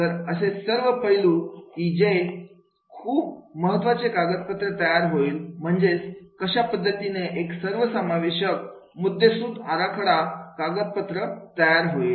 तर असे सर्व पैलू की डीजे ते खूप महत्त्वाचं कागदपत्र तयार होईल म्हणजेच कशा पद्धतीने एक सर्वसमावेशक मुद्देसूद आराखडा कागदपत्र तयार होईल